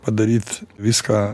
padaryt viską